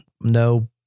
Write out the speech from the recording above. No